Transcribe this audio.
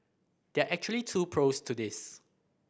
there are actually two pros to this